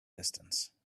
distance